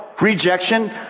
rejection